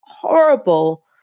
horrible